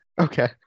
Okay